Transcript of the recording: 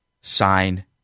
Sign